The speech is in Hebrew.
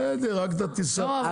רק את הטיסה.